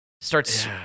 Starts